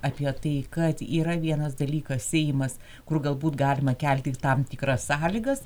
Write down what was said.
apie tai kad yra vienas dalykas ėjimas kur galbūt galima kelti tam tikras sąlygas